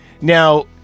Now